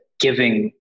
giving